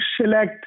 select